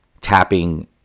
tapping